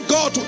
God